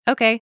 Okay